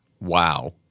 Wow